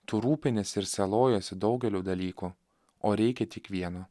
tu rūpiniesi ir sielojiesi daugeliu dalykų o reikia tik vieno